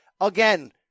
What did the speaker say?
again